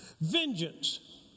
vengeance